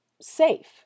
safe